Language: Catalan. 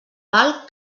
dalt